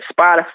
Spotify